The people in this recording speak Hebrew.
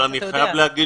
אבל אני חייב להגיד